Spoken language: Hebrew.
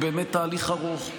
הוא באמת תהליך ארוך,